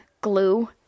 glue